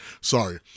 sorry